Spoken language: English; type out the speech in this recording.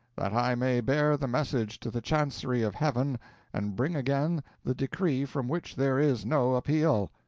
that i may bear the message to the chancery of heaven and bring again the decree from which there is no appeal.